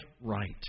right